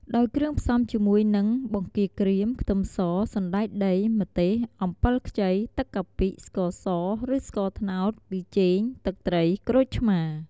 ដោយផ្សំគ្រឿងជាមួយនឹង បង្គាក្រៀម ខ្ទឹមស សណ្ដែកដី ម្ទេស អំពិលខ្ចី ទឹកកាពិ ស្ករស ឬស្ករត្នោត ប៊ីចេង ទឹកត្រី ក្រូចឆ្មា។